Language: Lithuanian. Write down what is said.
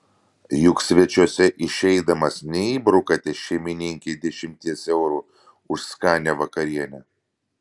juk svečiuose išeidamas neįbrukate šeimininkei dešimties eurų už skanią vakarienę